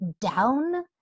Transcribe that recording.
down